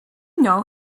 know